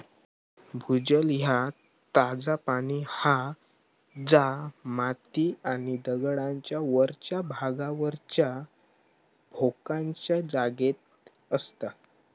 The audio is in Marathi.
भूजल ह्या ताजा पाणी हा जा माती आणि दगडांच्या वरच्या भागावरच्या भोकांच्या जागेत असता